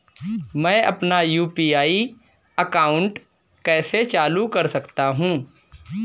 मैं अपना UPI account कैसे चालू कर सकता हूँ?